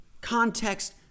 Context